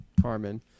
Harmon